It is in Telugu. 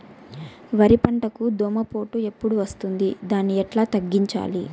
వరి పంటకు దోమపోటు ఎప్పుడు వస్తుంది దాన్ని ఎట్లా తగ్గించాలి?